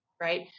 right